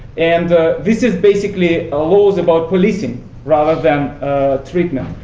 and this is basically ah laws about policing rather than treatment.